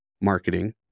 marketing